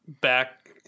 back